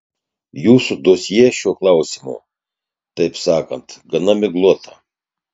jūsų dosjė šiuo klausimu taip sakant gana miglota